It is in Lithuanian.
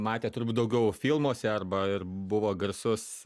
matę turbūt daugiau filmuose arba ir buvo garsus